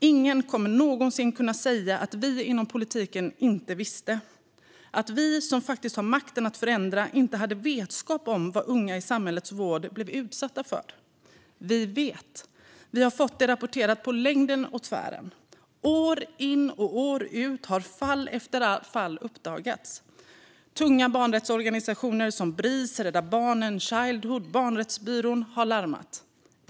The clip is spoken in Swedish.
Ingen kommer någonsin att kunna säga att vi inom politiken inte visste och att vi som faktiskt har makten att förändra inte hade vetskap om vad unga i samhällets vård blev utsatta för. Vi vet. Vi har fått det rapporterat på längden och på tvären. År ut och år in har fall efter fall uppdagats. Tunga barnrättsorganisationer som Bris, Rädda Barnen, Childhood och Barnrättsbyrån har larmat.